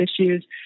issues